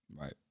Right